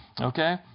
Okay